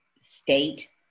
state